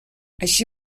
així